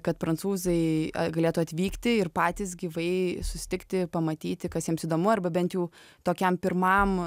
kad prancūzai galėtų atvykti ir patys gyvai susitikti pamatyti kas jiems įdomu arba bent jau tokiam pirmam